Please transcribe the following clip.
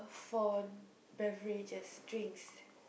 for beverages drinks